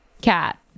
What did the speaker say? cat